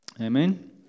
Amen